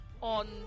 on